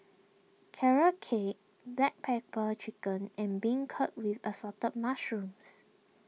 Carrot Cake Black Pepper Chicken and Beancurd with Assorted Mushrooms